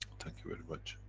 thank you very much,